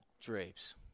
Drapes